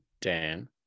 Dan